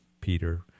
peter